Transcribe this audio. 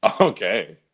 Okay